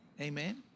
Amen